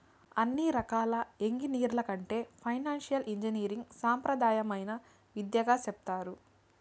అన్ని రకాల ఎంగినీరింగ్ల కంటే ఫైనాన్సియల్ ఇంజనీరింగ్ సాంప్రదాయమైన విద్యగా సెప్తారు